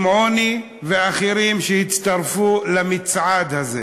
שמעוני ואחרים שהצטרפו למצעד הזה.